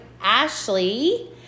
Ashley